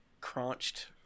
crunched